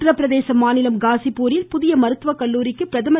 உத்தரப்பிரதேச மாநிலம் காசிப்பூரில் புதிய மருத்துவக்கல்லூரிக்கு பிரதமர்